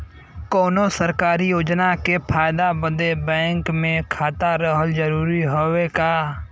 कौनो सरकारी योजना के फायदा बदे बैंक मे खाता रहल जरूरी हवे का?